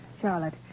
Charlotte